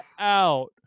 out